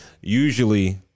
Usually